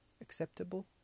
acceptable